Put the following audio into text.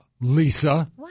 Lisa